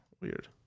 Weird